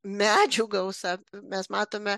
medžių gausą mes matome